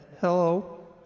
Hello